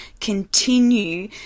continue